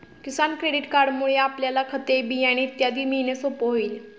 किसान credit कार्डमुळे आपल्याला खते, बियाणे इत्यादी मिळणे सोपे होईल